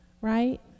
right